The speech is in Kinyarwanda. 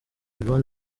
ivan